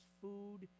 food